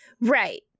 Right